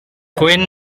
gwyn